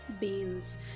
beans